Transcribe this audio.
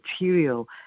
material